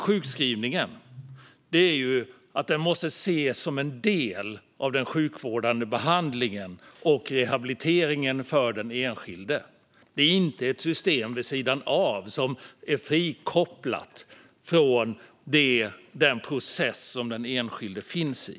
Sjukskrivningen måste ses som en del av den sjukvårdande behandlingen och rehabiliteringen för den enskilde. Det är inte ett system vid sidan av som är frikopplat från den process som den enskilde är i.